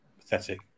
Pathetic